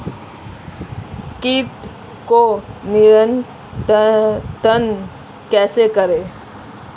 कीट को नियंत्रण कैसे करें?